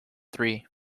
three